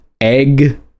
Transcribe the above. Egg